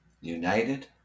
United